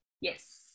Yes